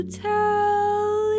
tell